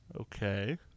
Okay